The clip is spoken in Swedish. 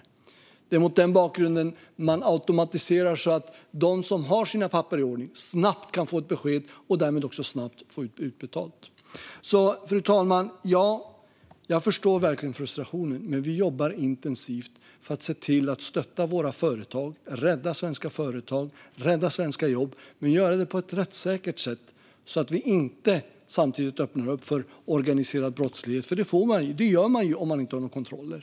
Det är alltså mot den här bakgrunden som man automatiserar så att de som har sina papper i ordning snabbt kan få ett besked och därför också snabbt få utbetalt. Fru talman! Jag förstår verkligen frustrationen, men vi jobbar intensivt för att stötta våra företag, rädda svenska företag och rädda svenska jobb. Men vi vill göra det på ett rättssäkert sätt så att vi inte samtidigt öppnar för organiserad brottslighet, för det gör man om man inte har några kontroller.